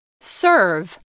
Serve